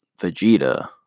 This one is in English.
Vegeta